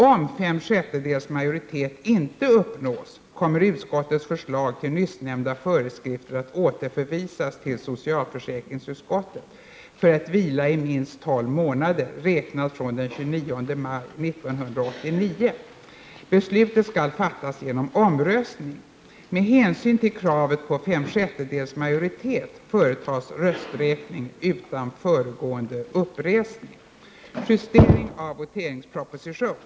Om 5/6 majoritet inte uppnås kommer utskottets förslag till nyssnämnda föreskrifter att återförvisas till socialförsäkringsutskottet för att vila i minst 12 månader räknat från den 29 maj 1989.